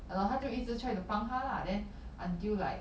ah lor 她就一直 try to 帮他 lah then until like